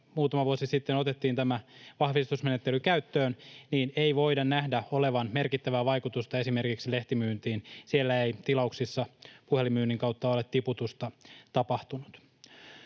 muutama vuosi sitten otettiin tämä vahvistusmenettely käyttöön — ei voida nähdä tällä olevan merkittävää vaikutusta esimerkiksi lehtimyyntiin. Siellä ei tilauksissa puhelinmyynnin kautta olet tiputusta tapahtunut.